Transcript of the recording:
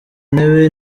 ntebe